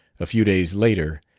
a few days later,